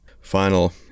final